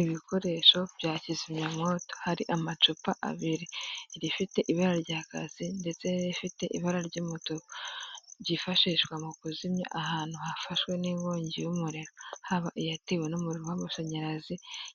Ibikoresho bya kizimyawoto hari amacupa abiri rifite ibara rya kaki ndetse nirifite ibara ry'umuto ryifashishwa mu kuzimya ahantu hafashwe n'inkongi y'umuriro haba iyatewe n'umuriro w'amashanyarazi